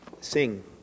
sing